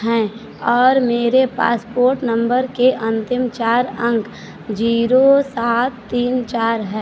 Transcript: हैं और मेरे पासपोर्ट नंबर के अंतिम चार अंक जीरो सात तीन चार है